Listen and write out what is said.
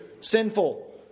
sinful